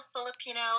Filipino